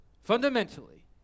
fundamentally